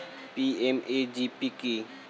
PMEGP কি?